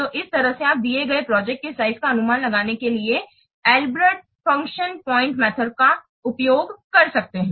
तो इस तरह से आप दिए गए प्रोजेक्ट के साइज का अनुमान लगाने के लिए अल्ब्रेक्ट फंक्शन पॉइंट मेथड का उपसुम्मातिओं कर सकते हैं